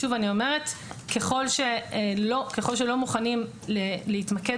שוב אני אומרת שככל שלא מוכנים להתמקד